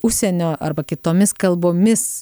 užsienio arba kitomis kalbomis